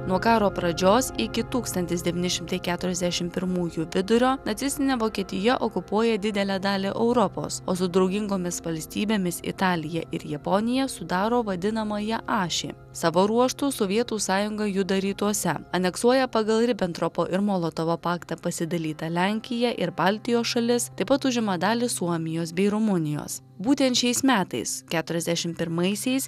nuo karo pradžios iki tūkstantis devyni šimtai keturiasdešim pirmųjų vidurio nacistinė vokietija okupuoja didelę dalį europos o su draugingomis valstybėmis italija ir japonija sudaro vadinamąją ašį savo ruožtu sovietų sąjunga juda rytuose aneksuoja pagal ribentropo ir molotovo paktą pasidalytą lenkiją ir baltijos šalis taip pat užima dalį suomijos bei rumunijos būtent šiais metais keturiasdešim pirmaisiais